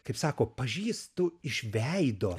kaip sako pažįstu iš veido